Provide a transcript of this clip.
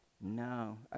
no